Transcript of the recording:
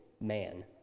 man